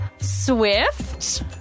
Swift